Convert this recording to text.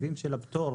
סוגים של הפטור,